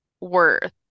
worth